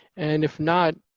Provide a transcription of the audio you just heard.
and if not,